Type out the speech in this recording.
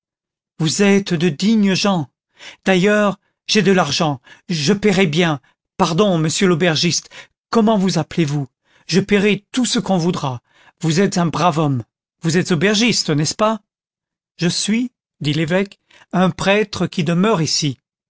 vous êtes de dignes gens d'ailleurs j'ai de l'argent je payerai bien pardon monsieur l'aubergiste comment vous appelez-vous je payerai tout ce qu'on voudra vous êtes un brave homme vous êtes aubergiste n'est-ce pas je suis dit l'évêque un prêtre qui demeure ici